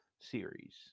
series